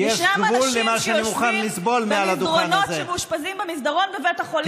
ואני אסיים ברשותך, כי הפריעו לי באמצע דבריי.